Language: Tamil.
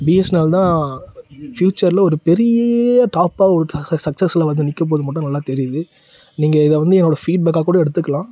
பிஎஸ்என்எல் தான் ஃப்யூச்சரில் ஒரு பெரிய டாப்பாக ஒரு சக்சஸில் வந்து நிற்கப்போது மட்டும் நல்லா தெரியுது நீங்கள் இதை வந்து என்னோடய ஃபீட்பேக்காக கூட எடுத்துக்கலாம்